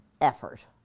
effort